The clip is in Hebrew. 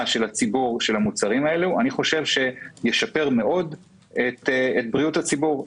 הציבור של המוצרים האלה ישפר מאוד את בריאות הציבור.